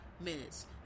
minutes